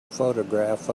photograph